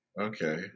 Okay